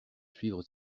suivre